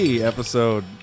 episode